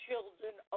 Children